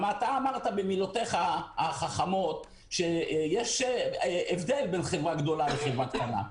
אתה אמרת במילותיך החכמות שיש הבדל בין חברה גדולה לחברה קטנה.